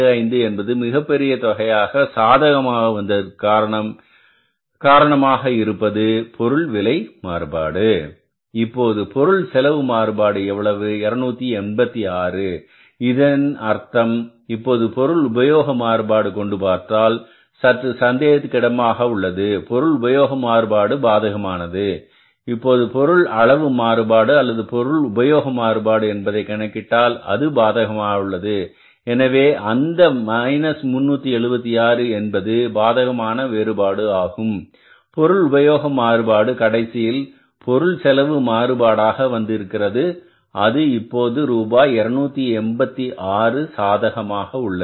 25 என்பது மிகப்பெரிய தொகையாக சாதகமாக வந்ததற்கு காரணமாக இருப்பது பொருள் விலை மாறுபாடு இப்போது பொருள் செலவு மாறுபாடு எவ்வளவு 286 இதன் அர்த்தம் இப்போது பொருள் உபயோக மாறுபாடு கொண்டு பார்த்தால் சற்று சந்தேகத்துக்கு இடமாக உள்ளது உபயோக மாறுபாடு பாதகமானது இப்போது பொருள் அளவு மாறுபாடு அல்லது பொருள் உபயோக மாறுபாடு என்பதை கணக்கிட்டால் அது பாதகமாக உள்ளது எனவே அந்த 376 என்பது பாதகமான வேறுபாடு ஆகும் பொருள் உபயோக மாறுபாடு கடைசியில் பொருள் செலவு மாறுபாடாக வந்திருக்கிறது அது இப்போது ரூபாய் 286 சாதகமானது